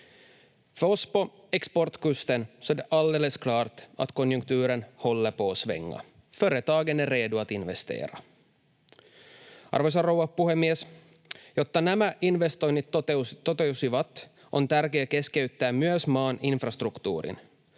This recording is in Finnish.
on tärkeää keskittyä myös maan infrastruktuuriin.